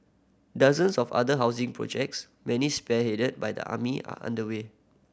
dozens of other housing projects many spearheaded by the army are underway